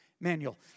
manual